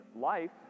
life